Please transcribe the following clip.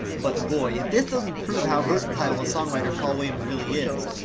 but boy, if this doesn't prove how versatile a songwriter paul williams really is.